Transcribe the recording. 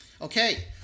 Okay